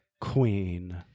queen